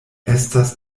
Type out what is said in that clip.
estas